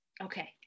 Okay